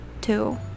two